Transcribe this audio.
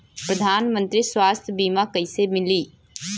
प्रधानमंत्री स्वास्थ्य बीमा कइसे मिली?